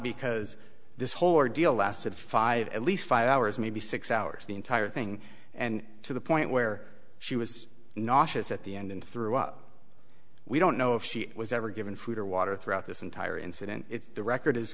because this whole ordeal lasted five at least five hours maybe six hours the entire thing and to the point where she was nauseous at the end and threw up we don't know if she was ever given food or water throughout this entire incident the record is